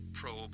probe